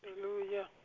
Hallelujah